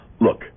Look